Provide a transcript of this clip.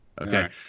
Okay